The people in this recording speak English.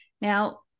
Now